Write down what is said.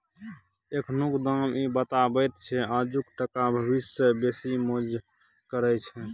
एखनुक दाम इ बताबैत छै आजुक टका भबिस सँ बेसी मोजर केर छै